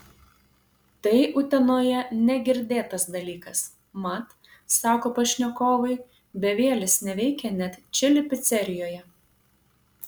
tai utenoje negirdėtas dalykas mat sako pašnekovai bevielis neveikia net čili picerijoje